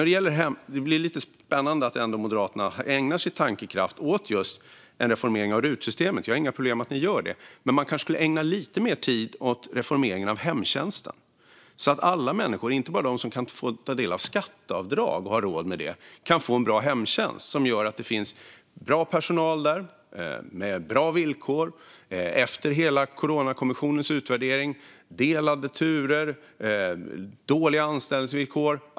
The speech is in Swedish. Det är lite spännande att Moderaterna ändå ägnar sin tankekraft åt en reformering av rutsystemet. Jag har inga problem med att ni gör det. Men man kanske skulle ägna lite mer tid åt reformeringen av hemtjänsten - så att alla människor, inte bara de som kan få ta del av skatteavdrag och har råd med det, kan få en bra hemtjänst - som gör att det finns bra personal där med bra villkor efter Coronakommissionens utvärdering som visade på delade turer och dåliga anställningsvillkor.